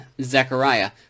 Zechariah